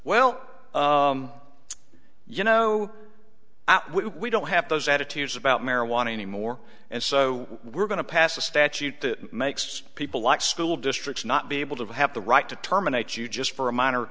well you know we don't have those attitudes about marijuana anymore and so we're going to pass a statute that makes people like school districts not be able to have the right to terminate you just for a minor